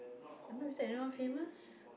I'm not related to anyone famous